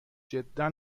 جدا